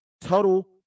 total